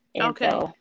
Okay